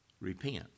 Repent